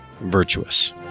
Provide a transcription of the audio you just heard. virtuous